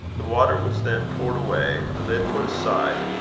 the water was then poured away, the lid put aside,